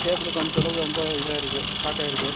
cable கனெக்ஷனும் ரொம்ப இதாயிருக்கு ஷாட்டாயிருக்கு